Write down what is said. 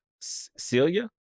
Celia